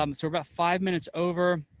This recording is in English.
um so about five minutes over.